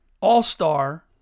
All-Star